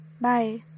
Bye